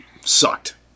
sucked